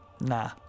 nah